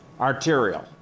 arterial